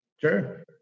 Sure